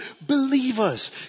Believers